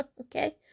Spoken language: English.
Okay